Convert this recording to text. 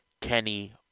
Kenny